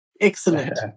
Excellent